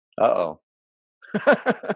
Uh-oh